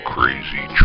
Crazy